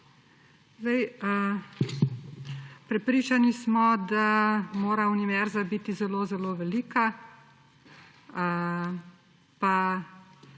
Prepričani smo, da mora univerza biti zelo zelo velika. Pa